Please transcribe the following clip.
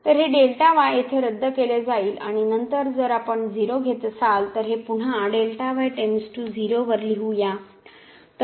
तर हे Δy येथे रद्द केले जाईल आणि नंतर जर आपण 0 घेत असाल तर हे पुन्हा Δy → 0 वर लिहू या